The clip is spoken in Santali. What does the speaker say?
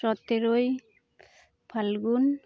ᱥᱚᱛᱮᱨᱚᱭ ᱯᱷᱟᱞᱜᱩᱱ